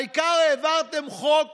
העיקר שהעברתם חוק